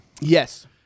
Yes